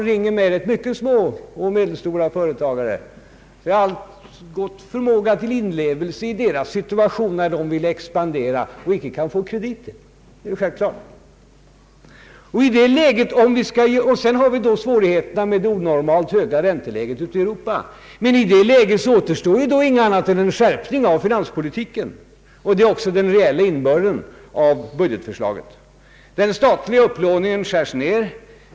Många små och medelstora företagare har ringt mig, och jag har en god förmåga till inlevelse i deras situation, när jag hör att de vill expandera och inte kan få krediter — det är självklart. Vidare har vi svårigheter med det onormalt höga ränteläget ute i Europa. I detta läge återstår ingenting annat än en skärpning av finanspolitiken, och det är också den reella innebörden av budgetförslaget. Den statliga upplåningen skärs ned.